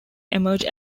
emerge